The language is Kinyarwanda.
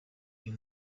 uyu